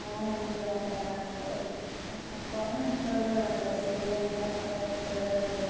അങ്ങനെ നമുക്ക് ലോൺ തരാറുണ്ട് കുറേ മേത്തേടുകളുണ്ട് സേവ് ചെയ്യാനുള്ള കുറേ മെത്തേടുകളുണ്ട്